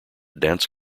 dance